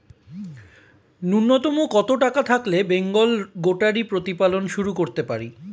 নূন্যতম কত টাকা থাকলে বেঙ্গল গোটারি প্রতিপালন শুরু করতে পারি?